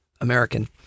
American